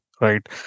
right